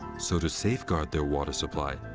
so to safeguard their water supply,